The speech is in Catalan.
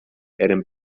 eren